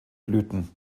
blüten